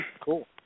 Cool